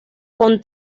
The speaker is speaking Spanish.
con